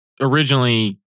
originally